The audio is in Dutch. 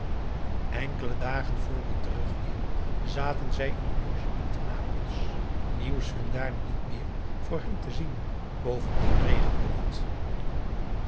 enkele dagen vr hun terugkeer zaten zij in een logement te napels nieuws viel daar niet meer voor hen te zien bovendien regende het